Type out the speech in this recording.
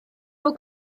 nhw